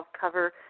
cover